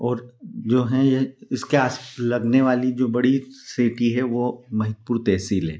और जो है यह इसके आस लगने वाली जो बड़ी सिटी है वह महितपुर तहसील है